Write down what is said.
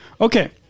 Okay